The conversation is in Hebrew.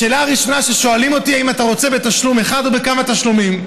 השאלה הראשונה ששואלים אותי: האם אתה רוצה בתשלום אחד או בכמה תשלומים,